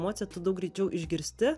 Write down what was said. emociją tu daug greičiau išgirsti